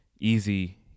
easy